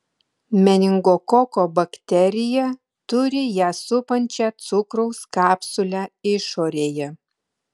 meningokoko bakterija turi ją supančią cukraus kapsulę išorėje